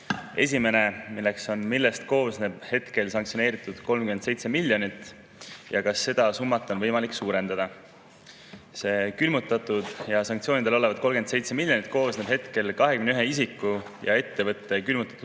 Esimene: millest koosneb hetkel sanktsioneeritud 37 miljonit ja kas seda summat on võimalik suurendada? See külmutatud ja sanktsioonide all olev 37 miljonit koosneb praegu 21 isiku ja ettevõtte külmutatud